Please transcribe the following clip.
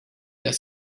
las